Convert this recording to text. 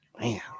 Man